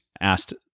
asked